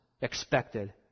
expected